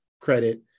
credit